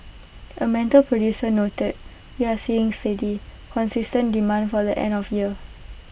A metal producer noted we are seeing steady consistent demand for the end of year